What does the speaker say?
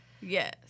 Yes